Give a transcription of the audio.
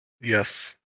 Yes